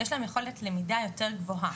יש להם יכולת למידה יותר גבוהה.